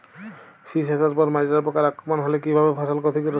শীষ আসার পর মাজরা পোকার আক্রমণ হলে কী ভাবে ফসল ক্ষতিগ্রস্ত?